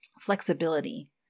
flexibility